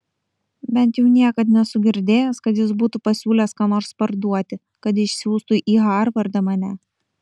bent jau niekad nesu girdėjęs kad jis būtų pasiūlęs ką nors parduoti kad išsiųstų į harvardą mane